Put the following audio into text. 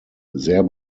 sehr